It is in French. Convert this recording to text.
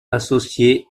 associé